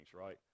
right